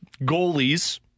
goalies